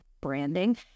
branding